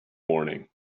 morning